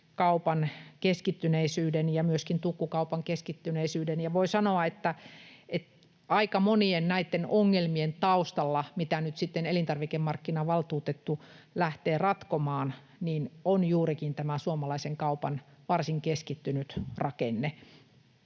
keskittyneisyyden ja myöskin tukkukaupan keskittyneisyyden. Voi sanoa, että aika monien näitten ongelmien taustalla, mitä nyt sitten elintarvikemarkkinavaltuutettu lähtee ratkomaan, on juurikin tämä suomalaisen kaupan varsin keskittynyt rakenne.